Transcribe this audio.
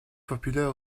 populaire